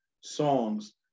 songs